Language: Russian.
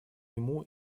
нему